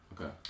Okay